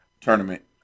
tournament